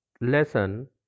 lesson